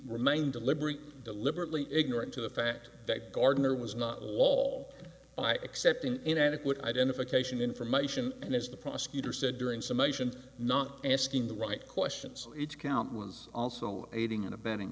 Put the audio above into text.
remained deliberate deliberately ignorant to the fact that gardner was not law i accept an inadequate identification information and as the prosecutor said during summation not asking the right questions each count was also aiding and abetting